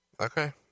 Okay